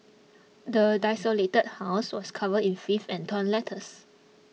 the desolated house was covered in filth and torn letters